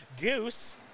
Goose